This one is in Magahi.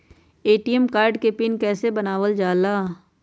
ए.टी.एम कार्ड के पिन कैसे बनावल जाला?